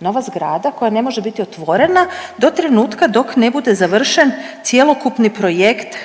nova zgrada koja ne može biti otvorena do trenutka dok ne bude završen cjelokupni projekt